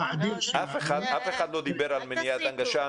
אף אחד לא דיבר על מניעת הנגשה,